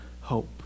hope